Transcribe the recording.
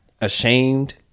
ashamed